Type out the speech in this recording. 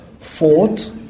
fought